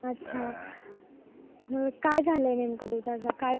अच्छा मग काय झालं आहे नेमकं दुधाचं काय